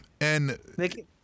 and-